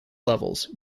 levels